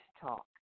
talk